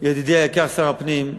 ידידי היקר שר הפנים,